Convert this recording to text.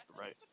right